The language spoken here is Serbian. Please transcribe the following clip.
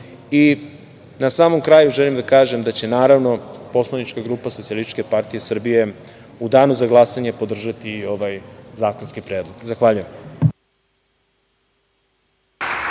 samom kraju želim da kažem da će poslanička grupa Socijalističke partije Srbije u danu za glasanje podržati ovaj zakonski predlog. Zahvaljujem.